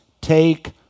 take